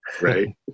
right